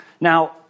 Now